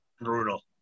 Brutal